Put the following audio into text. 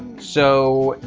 so,